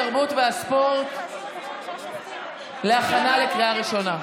התרבות והספורט להכנה לקריאה ראשונה.